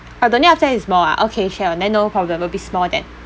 oh don't need upsize is small ah okay sure then no problem will be small then